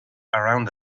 around